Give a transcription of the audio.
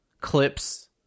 clips